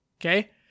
Okay